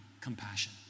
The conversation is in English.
compassion